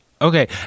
Okay